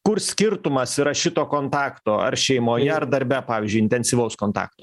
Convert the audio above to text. kur skirtumas yra šito kontakto ar šeimoje ar darbe pavyzdžiui intensyvaus kontakto